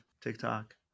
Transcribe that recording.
TikTok